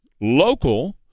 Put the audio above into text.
local